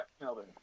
Melbourne